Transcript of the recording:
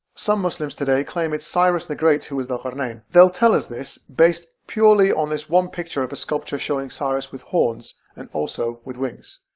some muslims today claim it's cyrus the great who was dhul qurnayn. they'll tell us this based purely on this one picture of a sculpture showing cyrus with horns and also with wings.